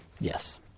Yes